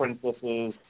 princesses